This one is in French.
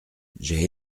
j’ai